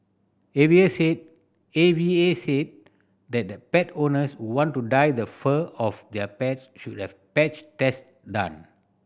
A V A said A V A said that the pet owners who want to dye the fur of their pets should have patch test done